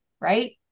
right